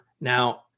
Now